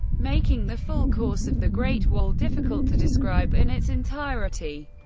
making the full course of the great wall difficult to describe in its entirety,